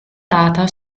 data